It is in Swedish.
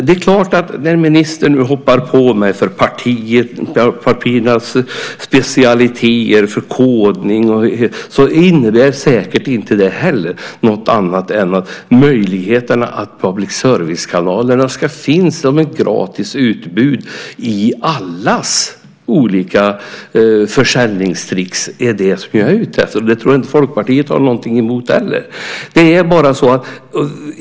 Det är klart att när ministern nu hoppar på mig för partiernas specialiteter för kodning och sådant så innebär det inte heller något annat än möjligheterna att public service kanalerna ska finnas som ett gratis utbud i allas olika försäljningstrick. Det är det som jag är ute efter, och det tror jag inte att Folkpartiet har någonting emot heller.